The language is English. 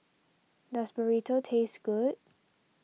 does Burrito taste good